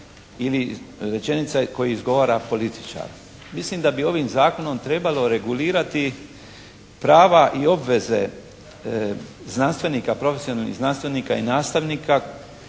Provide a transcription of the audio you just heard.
ili rečenica koju izgovara političar. Mislim da bi ovim zakonom trebalo regulirati prava i obveze znanstvenika, profesionalnih znanstvenika i nastavnika